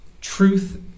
Truth